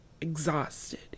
Exhausted